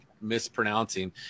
mispronouncing